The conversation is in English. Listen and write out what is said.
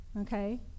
okay